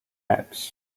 apps